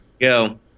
Go